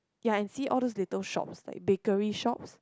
ya and see all those little shops like bakery shops